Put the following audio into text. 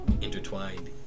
intertwined